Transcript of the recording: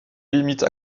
limite